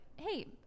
hey